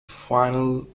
final